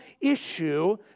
issue